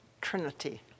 trinity